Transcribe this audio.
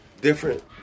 different